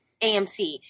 AMC